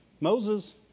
Moses